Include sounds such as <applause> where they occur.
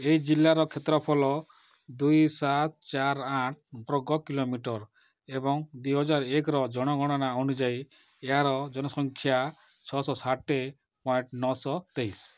ଏହି ଜିଲ୍ଲାର କ୍ଷେତ୍ରଫଳ ଦୁଇ ସାତ ଚାରି ଆଠ ବର୍ଗ କିଲୋମିଟର ଏବଂ ଦୁଇହଜାର ଏକ ର ଜନଗଣନା ଅନୁଯାୟୀ ଏହାର ଜନସଂଖ୍ୟା ଛଅଶହ ସାଠେ <unintelligible> ନଅଶହ ତେଇଶି